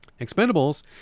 Expendables